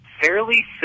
fairly